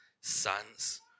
sons